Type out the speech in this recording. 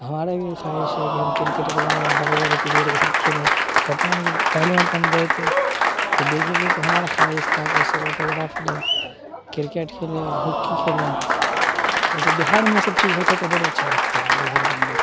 ہمارا بھی خواہش ہے کہ ہم کرکٹر بنیں بڑے بڑے پلیئر کے ساتھ کھیلیں پٹنہ میں جب پہلی مرتبہ ہم گئے تھے تو دیکھے تھے تو ہمارا خواہش تھا کہ اس سے آٹوگراف لیں کرکٹ کھیلیں ہکی کھیلیں ایسے بہار میں یہ سب چیز ہوتا ہے تو بڑا اچھا لگتا ہے بہار کے اندر